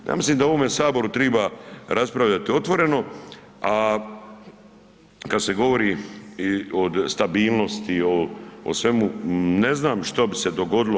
Ja mislim da u ovome Saboru triba raspravljati otvoreno, a kada se govori o stabilnosti i o svemu ne znam što bi se dogodilo.